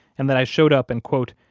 and that i showed up and quote,